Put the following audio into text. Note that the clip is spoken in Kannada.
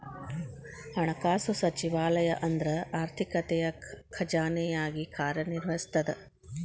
ಹಣಕಾಸು ಸಚಿವಾಲಯ ಅಂದ್ರ ಆರ್ಥಿಕತೆಯ ಖಜಾನೆಯಾಗಿ ಕಾರ್ಯ ನಿರ್ವಹಿಸ್ತದ